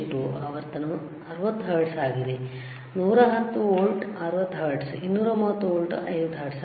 ಆವರ್ತನವು 60 ಹರ್ಟ್ಜ್ ಆಗಿದೆ110 volt 60 hertz 230 volt 50 hertz ಆಗಿದೆ